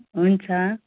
हुन्छ